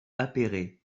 appéré